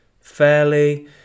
fairly